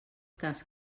cas